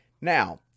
now